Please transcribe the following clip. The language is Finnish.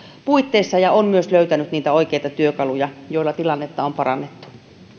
puitteissa ja on myös löytänyt niitä oikeita työkaluja joilla tilannetta on parannettu